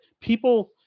people